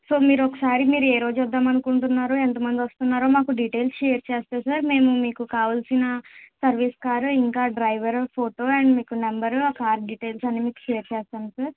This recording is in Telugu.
సో మీరు ఒక సారి మీరు ఏ రోజు వద్దాం అనుకుంటున్నారో ఎంత మంది వస్తున్నారో మాకు డీటెయిల్స్ షేర్ చేస్తే సార్ మేము మీకు కావాల్సిన సర్వీస్ కార్ ఇంకా డ్రైవర్ ఫోటో అండ్ మీకు నంబర్ ఆ కార్ డీటెయిల్స్ అన్నీ మీకు షేర్ చేస్తాను సార్